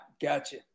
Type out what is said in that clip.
gotcha